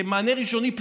כמענה ראשוני,